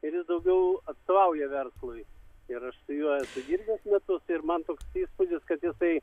ir jis daugiau atstovauja verslui ir aš su juo esu dirbęs metus ir man toks įspūdis kad jisai